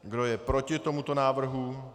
Kdo je proti tomuto návrhu?